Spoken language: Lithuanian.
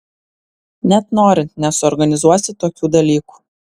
net norint nesuorganizuosi tokių dalykų